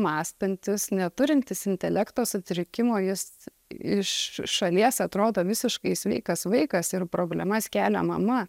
mąstantis neturintis intelekto sutrikimo jis iš šalies atrodo visiškai sveikas vaikas ir problemas kelia mama